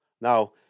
Now